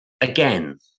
again